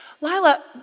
Lila